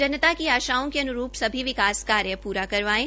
जनता की आशाओं के अन्रूप सभी विकास कार्य प्रा करवाएं